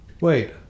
Wait